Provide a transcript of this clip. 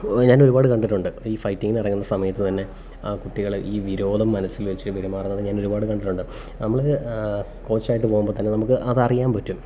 ഞാനൊരുപാട് കണ്ടിട്ടുണ്ട് ഈ ഫിറ്റിങ്ങിനിറങ്ങുന്ന സമയത്തു തന്നെ ആ കുട്ടികളെ ഈ വിരോധം മനസ്സിൽ വെച്ചു പെരുമാറണത് ഞാനൊരുപാട് കണ്ടിട്ടുണ്ട് നമ്മൾ കോച്ചായിട്ടു പോകുമ്പോൾത്തന്നെ നമുക്ക് അതറിയാൻ പറ്റും